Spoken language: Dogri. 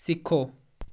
सिक्खो